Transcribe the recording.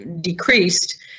decreased